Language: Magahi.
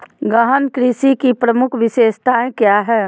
गहन कृषि की प्रमुख विशेषताएं क्या है?